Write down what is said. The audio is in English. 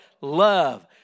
Love